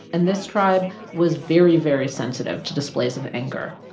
and this tribe was very, very sensitive to displays of anger.